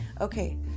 Okay